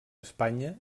espanya